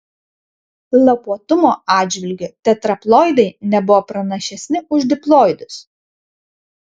lapuotumo atžvilgiu tetraploidai nebuvo pranašesni už diploidus